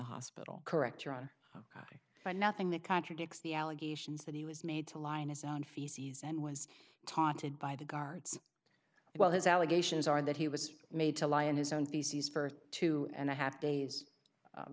hospital correct your honor i find nothing that contradicts the allegations that he was made to lie in his own feces and was taunted by the guards while his allegations are that he was made to lie in his own feces for two and a half days